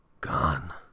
gone